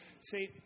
See